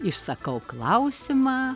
išsakau klausimą